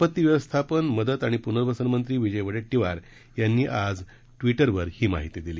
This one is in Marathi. आपत्ती व्यवस्थापन मदत व प्नर्वसन मंत्री विजय वडेट्टीवार यांनी आज एका ट्विट द्वारे हि माहिती दिली